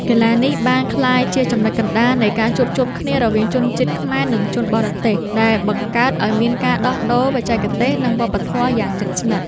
កីឡានេះបានក្លាយជាចំណុចកណ្ដាលនៃការជួបជុំគ្នារវាងជនជាតិខ្មែរ និងជនបរទេស ដែលបង្កើតឱ្យមានការដោះដូរបច្ចេកទេស និងវប្បធម៌យ៉ាងជិតស្និទ្ធ។